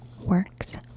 works